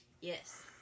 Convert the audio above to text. Yes